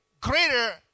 greater